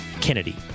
Kennedy